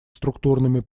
структурными